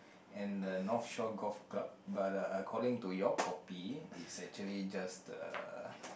and the North Shore Golf Club but uh according to your copy is actually just the